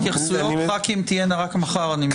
התייחסויות, אם תהיינה, רק מחר, אני מבין.